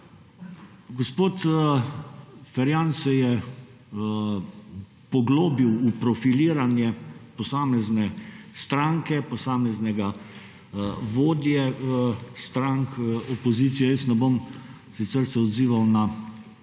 Gospod Ferjan se je poglobil v profiliranje posamezne stranke, posameznega vodje strank opozicije. Jaz ne bom sicer se odzival na njegove